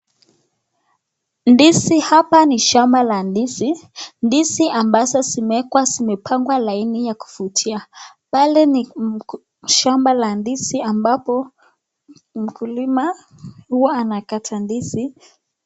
Ndizi hapa ni shamba la ndizi. Ndizi ambazo zimewekwa zimepangwa laini ya kuvutia. Pale ni shamba la ndizi ambapo mkulima huwa anakata ndizi.